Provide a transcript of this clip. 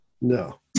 No